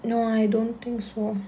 no I don't think so